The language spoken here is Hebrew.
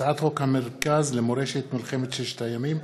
הצעת חוק המרכז למורשת מלחמת ששת הימים,